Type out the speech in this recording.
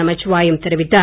நமச்சிவாயம் தெரிவித்தார்